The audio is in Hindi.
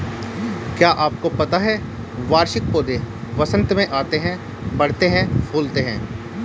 क्या आपको पता है वार्षिक पौधे वसंत में आते हैं, बढ़ते हैं, फूलते हैं?